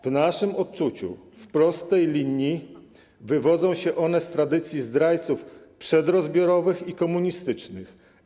W naszym odczuciu w prostej linii wywodzą się one z tradycji zdrajców przedrozbiorowych i komunistycznych.